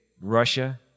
Russia